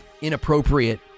inappropriate